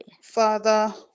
Father